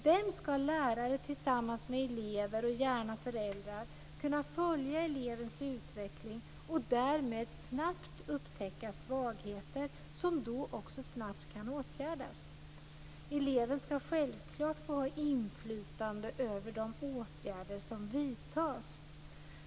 Där skall lärare tillsammans med elever, och gärna föräldrar, kunna följa elevens utveckling och därmed snabbt upptäcka svagheter, som då snabbt kan åtgärdas. Eleven skall självklart ha inflytande över de åtgärder som vidtas.